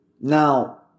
Now